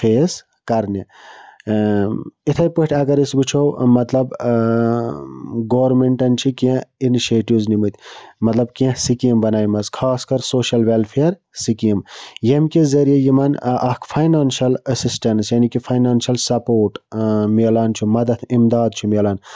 face کَرنہِ یِتھَے پٲٹھۍ اَگَر أسۍ وٕچھو مَطلَب گورمٮ۪نٛٹَن چھِ کیٚنٛہہ اِنِشیٹِوٕز نِمٕتۍ مَطلَب کیٚنٛہہ سِکیٖم بَنایمَژ خاص کَر سوشَل وٮ۪لفِیَر سکیٖم ییٚمہِ کہِ ذٔریعہِ یِمَن اَکھ فاینانشَل اٮ۪سِسٹٮ۪نٕس یعنی کہِ فاینانشَل سپوٹ مِلان چھُ مَدَتھ اِمداد چھُ مِلان